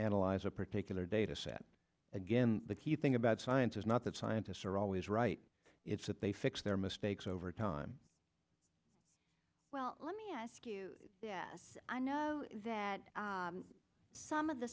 analyze a particular data set again the key thing about science is not that scientists are always right it's that they fix their mistakes over time well let me ask you this i know that some of the